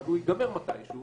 אבל הוא ייגמר מתי שהוא.